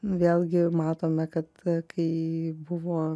vėlgi matome kad kai buvo